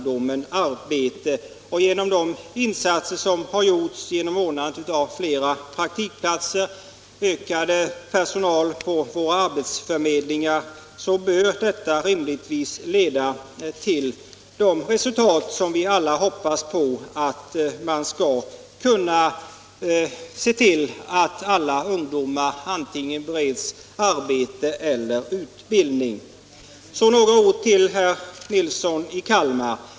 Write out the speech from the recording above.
De insatser som har gjorts genom anordnande av flera praktikplatser och ökade personalresurser på våra arbetsförmedlingar bör rimligtvis leda till det resultat som vi alla hoppas på, nämligen att alla ungdomar bereds antingen arbete eller utbildning. Så några ord till herr Nilsson i Kalmar.